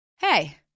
Hey